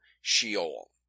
Sheol